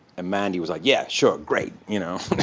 and mandy was like, yeah. sure. great. you know?